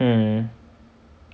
mm